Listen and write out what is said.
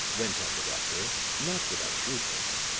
went on the doctor, not without shrewdness,